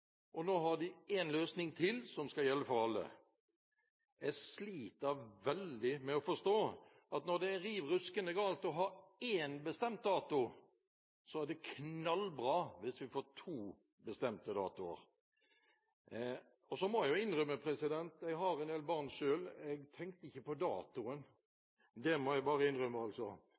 og nå har de én løsning til som skal gjelde for alle. Jeg sliter veldig med å forså at når det er så riv ruskende galt å ha én bestemt dato, er det knallbra hvis vi får to bestemte datoer. Så må jeg innrømme: Jeg har en del barn selv. Jeg tenkte ikke på datoen. Det må jeg bare innrømme.